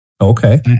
Okay